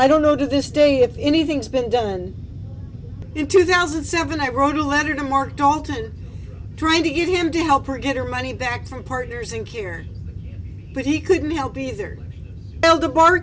i don't know to this day if anything's been done in two thousand and seven i wrote a letter to mark dalton trying to get him to help her get her money back from partners and here but he couldn't help either el de bar